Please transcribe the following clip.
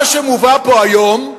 מה שמובא פה היום,